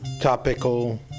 topical